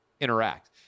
interact